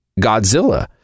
Godzilla